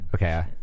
Okay